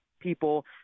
people